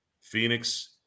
Phoenix